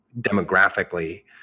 demographically